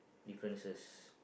differences